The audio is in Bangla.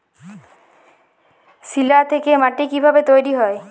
শিলা থেকে মাটি কিভাবে তৈরী হয়?